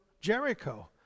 Jericho